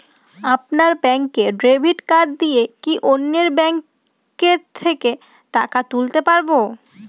আপনার ব্যাংকের debit card দিয়ে কি অন্য ব্যাংকের থেকে টাকা তুলতে পারবো?